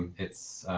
it's